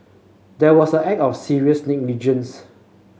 that was a act of serious negligence